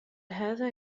هذا